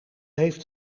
heeft